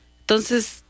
Entonces